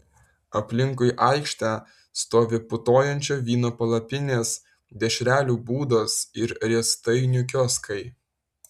aplinkui aikštę stovi putojančio vyno palapinės dešrelių būdos ir riestainių kioskai